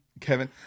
Kevin